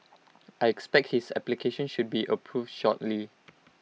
I expect his application should be approved shortly